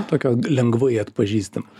tokio lengvai atpažįstamo